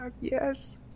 yes